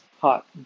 Hot